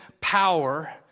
power